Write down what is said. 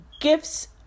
gifts